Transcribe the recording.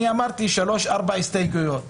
אני אמרתי שלוש, ארבע הסתייגויות חשובות,